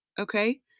Okay